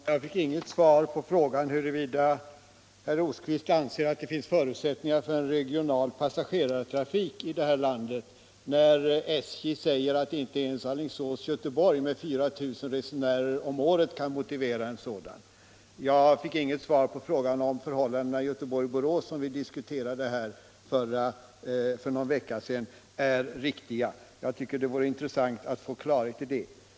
Herr talman! Jag fick inget svar på frågan huruvida herr Rosqvist anser att det finns förutsättningar för en regional passagerartrafik i det här landet när SJ säger att inte ens Alingsås-Göteborg med 4 000 resenärer om året kan motivera en sådan. Jag fick inget besked om förhållandena i Göteborg-Borås, som vi diskuterade här för någon vecka sedan, är riktiga. Jag tycker att det vore intressant att få klarhet om det.